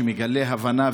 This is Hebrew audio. שמגלה הבנה,